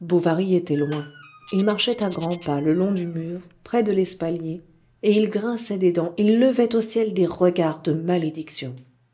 bovary était loin il marchait à grands pas le long du mur près de l'espalier et il grinçait des dents il levait au ciel des regards de malédiction